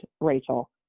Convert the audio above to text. Rachel